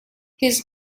his